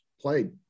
played